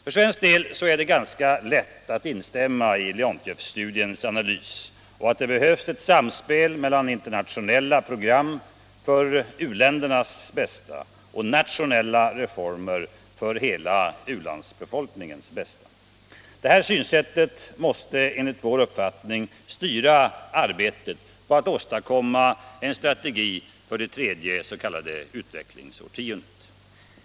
För svensk del är det lätt att instämma i Leontief-studiens analys av att det behövs ett samspel mellan internationella program för u-ländernas bästa och nationella reformer för u-landsbefolkningens bästa. Detta synsätt måste styra arbetet på att åstadkomma en strategi för det tredje s.k. utvecklingsårtiondet.